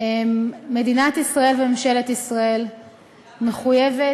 מדינת ישראל וממשלת ישראל מחויבות,